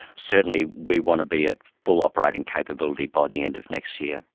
certainly we want to be at full operating capability by the end of next year.